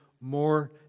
more